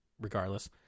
regardless